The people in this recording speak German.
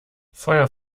feuer